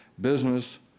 business